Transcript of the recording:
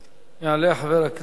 יעלה חבר הכנסת